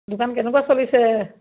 দোকান কেনেকুৱা চলিছে